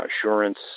Assurance